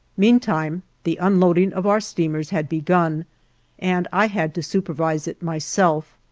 meantime the unloading of our steamers had begun and i had to supervise it myself.